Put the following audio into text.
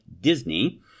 Disney